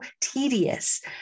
tedious